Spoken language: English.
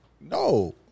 no